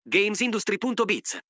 Gamesindustry.biz